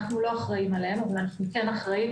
אנחנו לא אחראיים עליהם אבל כן אחראיים